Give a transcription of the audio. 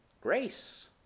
grace